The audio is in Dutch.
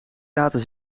laten